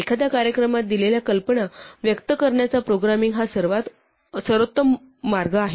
एखाद्या कार्यक्रमात दिलेल्या कल्पना व्यक्त करण्याचा प्रोग्रामिंग हा सर्वोत्तम मार्ग आहे